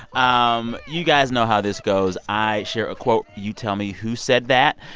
um you guys know how this goes. i share a quote. you tell me who said that